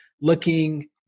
looking